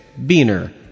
Beaner